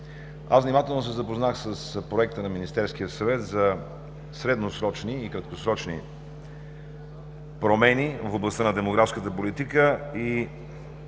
Внимателно се запознах с Проекта на Министерския съвет за средносрочни и краткосрочни промени в областта на демографската политика.